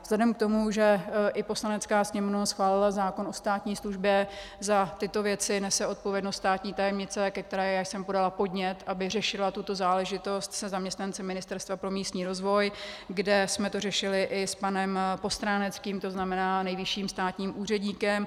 Vzhledem k tomu, že i Poslanecká sněmovna schválila zákon o státní službě, za tyto věci nese odpovědnost státní tajemnice, ke které jsem podala podnět, aby řešila tuto záležitost se zaměstnanci Ministerstva pro místní rozvoj, kde jsme to řešili i s panem Postráneckým, to znamená nejvyšším státním úředníkem.